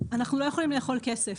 איננו יכולים לאכול כסף.